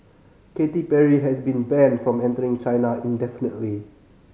Katy Perry has been banned from entering China indefinitely